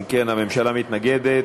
אם כן, הממשלה מתנגדת.